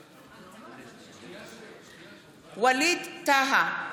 בעד ווליד טאהא,